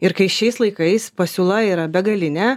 ir kai šiais laikais pasiūla yra begalinė